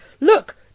look